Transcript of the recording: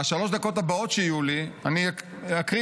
בשלוש הדקות הבאות שיהיו לי אני אקריא